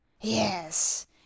yes